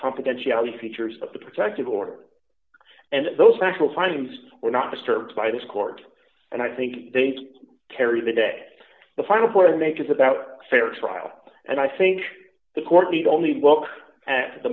confidentiality features of the protective order and those factual findings were not disturbed by this court and i think they carry the day the final four and make is about fair trial and i think the court need only look at the